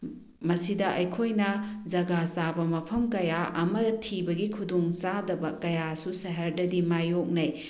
ꯃꯁꯤꯗ ꯑꯩꯈꯣꯏꯅ ꯖꯒꯥ ꯆꯥꯕ ꯃꯐꯝ ꯀꯌꯥ ꯑꯃ ꯊꯤꯕꯒꯤ ꯈꯨꯗꯣꯡ ꯆꯥꯗꯕ ꯀꯌꯥꯁꯨ ꯁꯍꯔꯗꯗꯤ ꯃꯥꯏꯌꯣꯛꯅꯩ